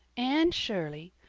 anne shirley,